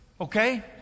Okay